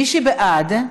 מי שבעד,